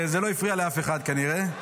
זה לא הפריע לאף אחד, כנראה,